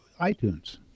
iTunes